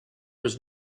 was